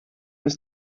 ist